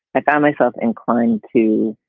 i found myself inclined to.